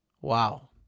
Wow